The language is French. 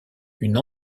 une